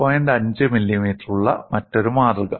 5 മില്ലിമീറ്ററുള്ള മറ്റൊരു മാതൃക